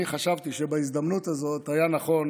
אני חשבתי שבהזדמנות הזאת היה נכון